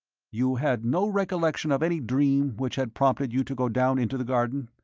you had no recollection of any dream which had prompted you to go down into the garden?